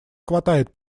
хватает